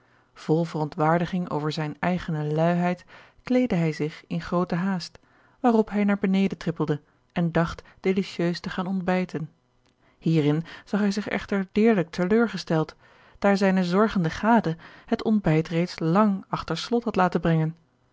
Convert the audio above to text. vol verontwaardiging over zijne eigene luiheid kleedde hij zich in grooten haast waarop hij naar beneden trippelde en dacht delicieus te gaan ontbijten hierin zag hij zich echter deerlijk teleurgesteld daar zijne zorgende gade het ontbijt reeds lang achter slot had laten brengen